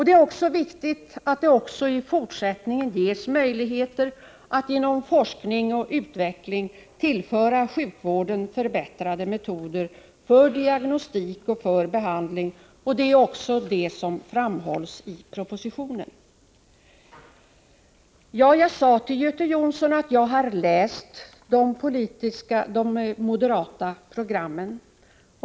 Det är också viktigt att det även i fortsättningen ges möjligheter att genom forskning och utveckling tillföra sjukvården förbättrade metoder för diagnostik och för behandling. Det är också det som framhålls i propositionen. Jag sade till Göte Jonsson att jag har läst de moderata programmen.